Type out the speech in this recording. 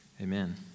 Amen